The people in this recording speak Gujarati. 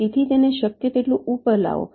તેથી તેને શક્ય તેટલું ઉપર લાવો